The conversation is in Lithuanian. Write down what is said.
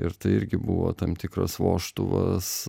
ir tai irgi buvo tam tikras vožtuvas